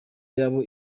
yabo